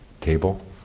table